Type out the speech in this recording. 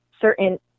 certain